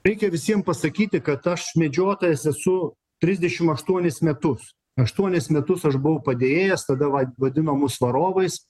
reikia visiem pasakyti kad aš medžiotojas esu trisdešim aštuonis metus aštuonis metus aš buvau padėjėjas tada va vadino mus varovais